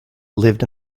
lived